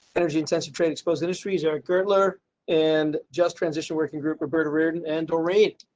energy intensive trading, suppose industries are gertler and just transition working group or burden burden and or rate.